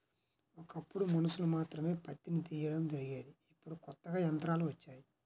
ఒకప్పుడు మనుషులు మాత్రమే పత్తిని తీయడం జరిగేది ఇప్పుడు కొత్తగా యంత్రాలు వచ్చాయి